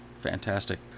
fantastic